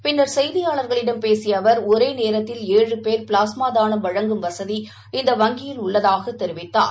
பின்னர் செய்தியாளர்களிடம் பேசியஅவர் ஒரேநேரத்தில் ஏழு பேர் ப்ளாஸ்மாதானம் வழங்கும் வசதி இந்த வங்கியில் உள்ளதாகஅவர் தெரிவித்தார்